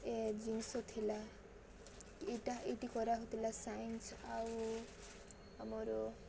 ଏ ଜିନିଷ ଥିଲା ଇଟା ଏଇଟି କରାହଉଥିଲା ସାଇନ୍ସ ଆଉ ଆମର